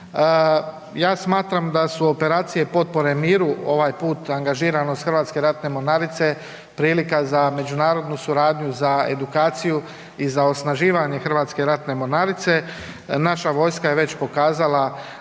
Ja smatram da su operacije potpore miru ovaj put angažiran od Hrvatske ratne mornarice prilika za međunarodnu suradnju za edukaciju i za osnaživanje Hrvatske ratne mornarice. Naša vojska je već pokazala